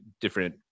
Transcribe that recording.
different